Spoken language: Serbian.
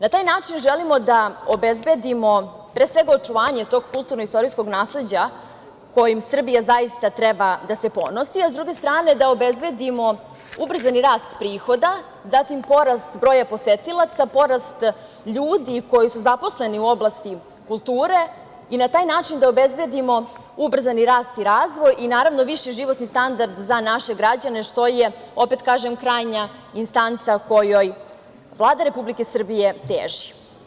Na taj način želimo da obezbedimo pre svega očuvanje tog kulturno-istorijskog nasleđa kojim Srbija zaista treba da se ponosi, a s druge strane, da obezbedimo ubrzani rast prihoda, zatim, porast broja posetilaca, porast ljudi koji su zaposleni u oblasti kulture i na taj način da obezbedimo ubrzani rast i razvoj i viši životni standard za naše građane, što je, opet kažem, krajnja instanca kojoj Vlada Republike Srbije teži.